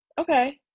Okay